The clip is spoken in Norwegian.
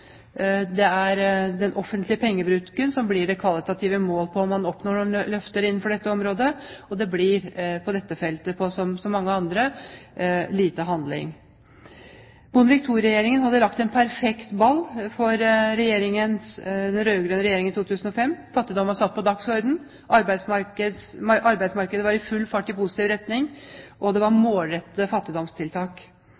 Det er den offentlige pengebruken som blir det kvalitative mål på om man oppnår noen løfter på dette området. På dette feltet blir det, som på så mange andre, lite handling. Bondevik II-regjeringen hadde lagt en perfekt ball for den rød-grønne regjeringen i 2005. Fattigdom var satt på dagsordenen, arbeidsmarkedet var på full fart i positiv retning, og